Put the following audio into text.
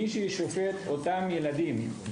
אנשים שלא בקיאים בתחום שופטים את אותם ילדים לגבי